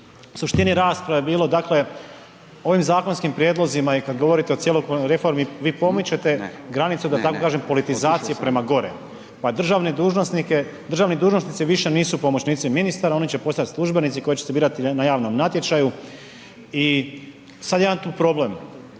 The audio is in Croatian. suštini rasprave bilo dakle ovim zakonskim prijedlozima i kad govorite o cjelokupnoj reformi vi pomičete granicu da tako politizacije prema gore. Pa državni dužnosnik je, državni dužnosnici više nisu pomoćnici ministara oni će postati službenici koje će se birati na javnom natječaju i sad jedan tu problem.